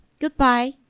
Goodbye